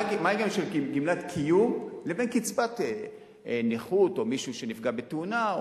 מה ההיגיון של קצבת קיום לעומת קצבת נכות או מישהו שנפגע בתאונה,